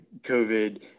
COVID